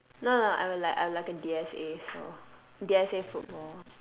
no no I'm like I'm like a D_S_A so D_S_A football